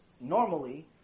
normally